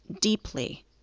deeply